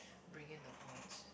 bring in the points